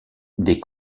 des